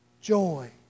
joy